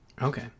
okay